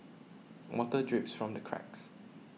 water drips from the cracks